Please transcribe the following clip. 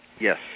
Yes